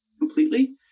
completely